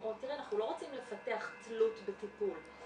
--- אנחנו לא רוצים לפתח תלות בטיפול.